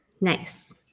Nice